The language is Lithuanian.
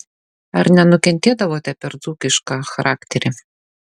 ar nenukentėdavote per dzūkišką charakterį